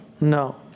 No